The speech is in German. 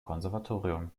konservatorium